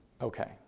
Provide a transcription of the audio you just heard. Okay